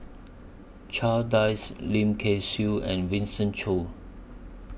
Charles Dyce Lim Kay Siu and Winston Choos